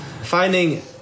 Finding